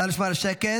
נא לשמור על שקט.